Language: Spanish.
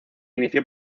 inició